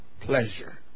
pleasure